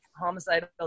homicidal